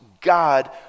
God